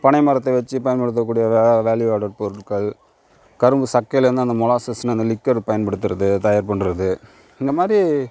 பனைமரத்தை வச்சு பயன்படுத்த கூடிய வேல்யூ ஆடட் பொருட்கள் கரும்பு சக்கையிலேருந்து அந்த மொலாசஸ் அந்த லிக்கரு பயன்படுத்துவது அதை தயார் பண்ணுறது இந்தமாதிரி